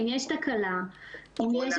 אם יש תקלה, אם יש